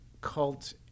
Cult